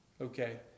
okay